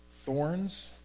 Thorns